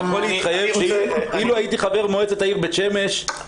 אני יכול להתחייב שאילו הייתי חבר מועצת העיר בית שמש,